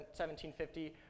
1750